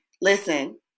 listen